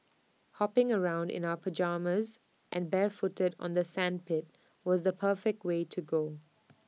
hopping around in our pyjamas and barefooted on the sandpit was the perfect way to go